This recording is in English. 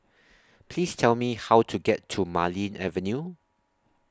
Please Tell Me How to get to Marlene Avenue